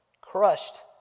crushed